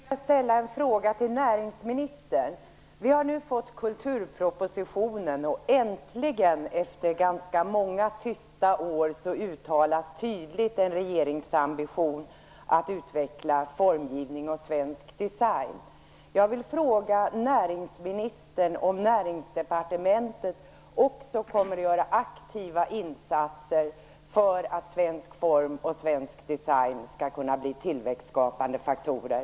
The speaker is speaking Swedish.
Herr talman! Jag vill ställa en fråga till näringsministern. Vi har nu fått ta del av kulturpropositionen. Efter många tysta år uttalas äntligen en tydlig regeringsambition att utveckla formgivning och svensk design. Jag vill fråga näringsministern om Näringsdepartementet också kommer att göra aktiva insatser för att svensk form och svensk design skall kunna bli tillväxtskapande faktorer.